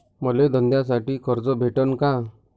मले धंद्यासाठी कर्ज भेटन का?